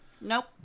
Nope